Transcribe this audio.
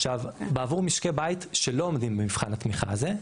עכשיו בעבור משקי בית שלא עומדים במבחן התמיכה הזה,